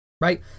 Right